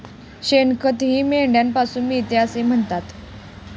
शेणखतही मेंढ्यांपासून मिळते असे म्हणतात